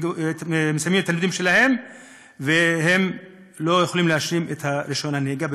מסיימים את הלימודים שלהם ולא יכולים להשלים את רישיון הנהיגה,